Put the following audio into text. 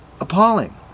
appalling